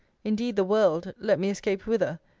indeed the world, let me escape whither,